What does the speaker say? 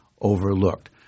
overlooked